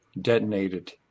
detonated